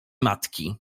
matki